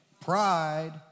Pride